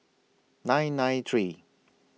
nine nine three